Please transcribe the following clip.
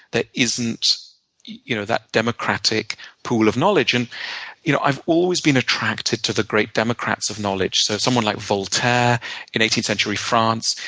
isn't you know that democratic pool of knowledge. and you know i've always been attracted to the great democrats of knowledge. so someone like voltaire in eighteenth century france,